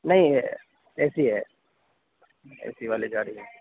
نہیں A C ہے A C والی گاڑی ہے